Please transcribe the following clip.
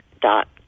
dot